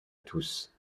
tous